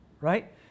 right